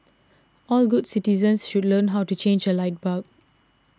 all good citizens should learn how to change a light bulb